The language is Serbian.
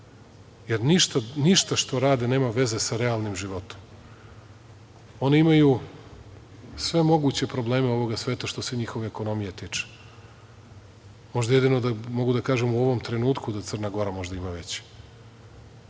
jer ništa što rade nema veze sa realnim životom. Oni imaju sve moguće probleme ovog sveta, što se njihove ekonomije tiče, možda jedino mogu da kažem u ovom trenutku, da Crna Gora ima veće,